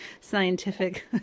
scientific